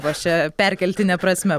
va čia perkeltine prasme